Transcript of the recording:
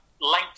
length